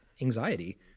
anxiety